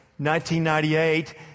1998